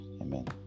Amen